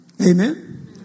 Amen